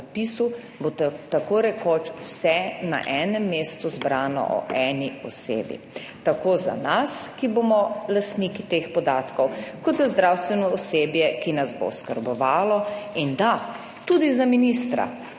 bo tako rekoč vse na enem mestu zbrano o eni osebi, tako za nas, ki bomo lastniki teh podatkov, kot za zdravstveno osebje, ki nas bo oskrbovalo in da, tudi za ministra,